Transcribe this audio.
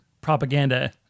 propaganda